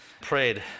prayed